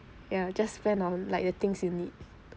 ya just spend on like the things you need